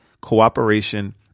cooperation